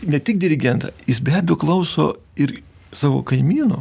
ne tik dirigentą jis be abejo klauso ir savo kaimynu